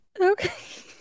Okay